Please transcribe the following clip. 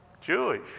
Jewish